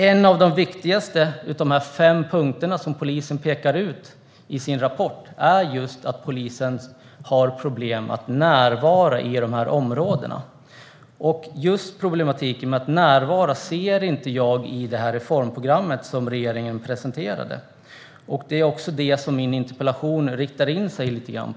En av de viktigaste av de fem punkter som polisen pekar på i sin rapport är att polisen har problem med att närvara i dessa områden. Just problematiken med att närvara ser jag inte i det reformprogram som regeringen har presenterat. Det är också detta som min interpellation har som inriktning.